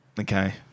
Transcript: Okay